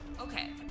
okay